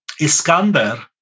Iskander